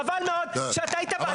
חבל מאוד שאתה היית --- אמרת חרדים?